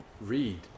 read